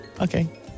Okay